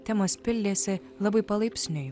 temos pildėsi labai palaipsniui